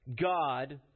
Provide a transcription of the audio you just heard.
God